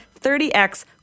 30X